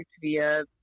via